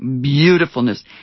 beautifulness